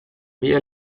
via